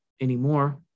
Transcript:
anymore